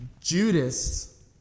Judas